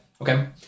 Okay